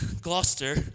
Gloucester